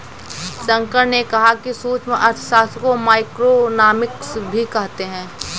शंकर ने कहा कि सूक्ष्म अर्थशास्त्र को माइक्रोइकॉनॉमिक्स भी कहते हैं